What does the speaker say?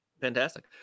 fantastic